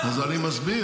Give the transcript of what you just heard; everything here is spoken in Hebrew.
אז אני מסביר.